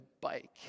bike